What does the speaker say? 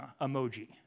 emoji